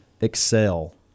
excel